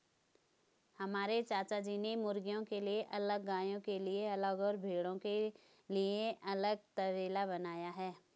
हमारे चाचाजी ने मुर्गियों के लिए अलग गायों के लिए अलग और भेड़ों के लिए अलग तबेला बनाया है